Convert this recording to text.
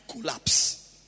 collapse